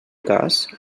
cas